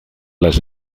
las